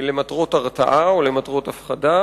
למטרות הרתעה או למטרות הפחדה,